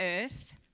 earth